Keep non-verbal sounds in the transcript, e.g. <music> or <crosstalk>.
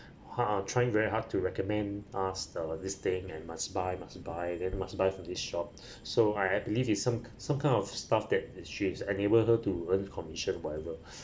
uh trying very hard to recommend us the this thing and must buy must buy then must buy from these shops so I I believe it some some kind of stuff that she is enable her to earn commission whatever <breath>